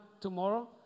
tomorrow